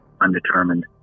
undetermined